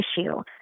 issue